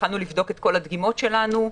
התחלנו לבדוק את כל הדגימות שלנו,